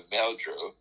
Meldrew